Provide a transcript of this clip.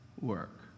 work